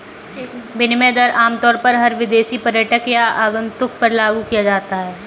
विनिमय दर आमतौर पर हर विदेशी पर्यटक या आगन्तुक पर लागू किया जाता है